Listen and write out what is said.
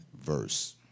verse